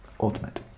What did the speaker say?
ultimate